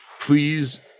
Please